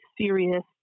serious